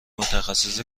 متخصص